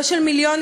לא של מיליונים,